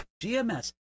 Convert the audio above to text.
GMS